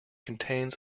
contains